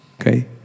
okay